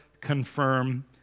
confirm